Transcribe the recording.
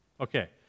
Okay